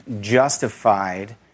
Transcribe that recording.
justified